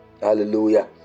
hallelujah